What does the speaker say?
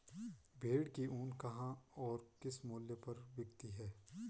भेड़ की ऊन कहाँ और किस मूल्य पर बिकती है?